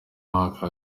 mwaka